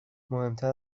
مهمتر